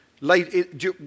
late